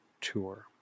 tour